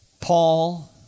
Paul